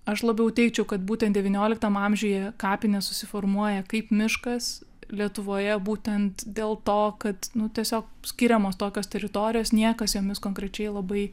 aš labiau teigčiau kad būtent devynioliktame amžiuje kapinės susiformuoja kaip miškas lietuvoje būtent dėl to kad tiesiog skiriamos tokios teritorijos niekas jomis konkrečiai labai